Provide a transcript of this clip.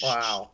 Wow